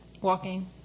walking